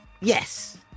Yes